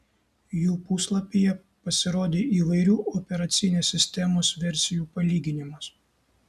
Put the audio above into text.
jų puslapyje pasirodė įvairių operacinės sistemos versijų palyginimas